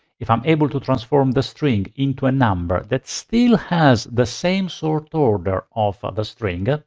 if i'm able to transform the string into a number that still has the same sort order of ah the string, ah